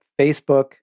Facebook